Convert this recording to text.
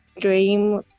dream